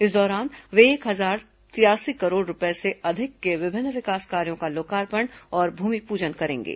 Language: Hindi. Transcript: इस दौरान वे एक हजार तिरासी करोड़ रूपये से अधिक के विभिन्न विकास कार्यो का लोकार्पण और भूमिपूजन करेंगे